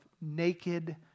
naked